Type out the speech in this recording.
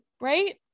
right